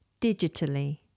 Digitally